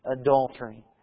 adultery